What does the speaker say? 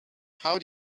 how